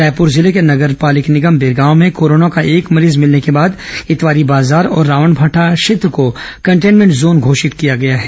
रायपुर जिले के नगर पालिक निगम बिरगांव में कोरोना का एक मरीज मिलने के बाद ईतवारी बाजार और रावांभाटा क्षेत्र को कंटेन्मेंट जोन घोषित किया गया है